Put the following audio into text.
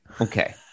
Okay